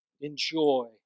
enjoy